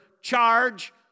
charge